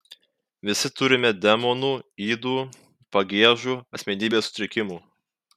visi turime demonų ydų pagiežų asmenybės sutrikimų